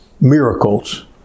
miracles